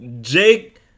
Jake